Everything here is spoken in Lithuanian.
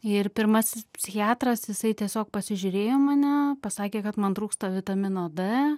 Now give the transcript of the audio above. ir pirmasis psichiatras jisai tiesiog pasižiūrėjo į mane pasakė kad man trūksta vitamino d